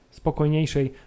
spokojniejszej